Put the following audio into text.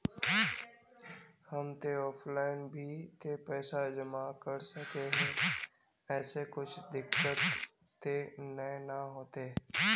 हम ते ऑफलाइन भी ते पैसा जमा कर सके है ऐमे कुछ दिक्कत ते नय न होते?